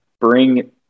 bring